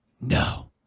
no